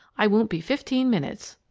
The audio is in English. i won't be fifteen minutes.